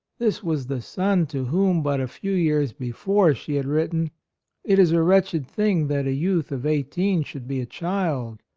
this was the son to whom but a few years before she had written it is a wretched thing that a youth of eighteen should be a child.